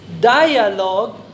Dialogue